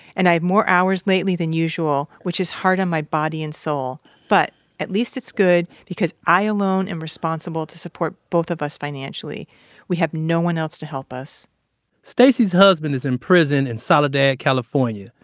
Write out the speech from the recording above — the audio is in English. and i have more hours lately than usual, which is hard on my body and soul, but at least it's good because i alone am responsible to support both of us financially we have no one else to help us stacy's husband is in prison in solidad, california.